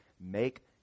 make